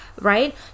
right